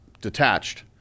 detached